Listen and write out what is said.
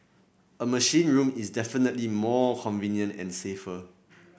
a machine room is definitely more convenient and safer